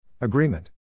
Agreement